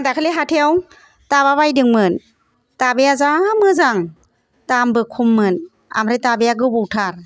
आं दाखालि हाथाइयाव दाबा बायदोंमोन दाबाया जा मोजां दामबो खममोन ओमफ्राय दाबाया गोबौथार